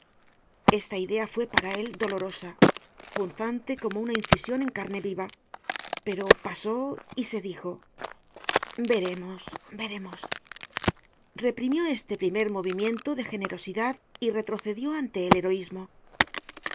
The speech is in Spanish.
esta idea fue para él dolorosa punzante como una incision en carne viva pero pasó y se dijo veremos veremos reprimió este primer movimiento de generosidad y retrocedió ante el heroismo